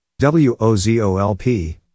W-O-Z-O-L-P